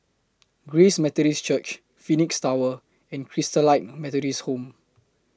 Grace Methodist Church Phoenix Tower and Christalite Methodist Home